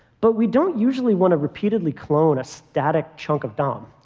but we don't usually want to repeatedly clone a static chunk of dom.